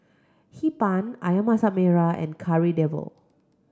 Hee Pan Ayam Mmasak Merah and Kari Debal